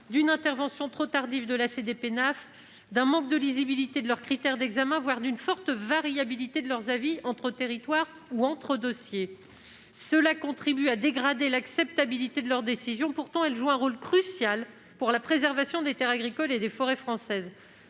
d'une intervention trop tardive de ces commissions, d'un manque de lisibilité de leurs critères d'examen, voire d'une forte variabilité de leurs avis entre territoires ou entre dossiers. Tout cela contribue à dégrader l'acceptabilité de leurs décisions. Pourtant, elles jouent un rôle crucial pour la préservation des terres agricoles et des forêts françaises.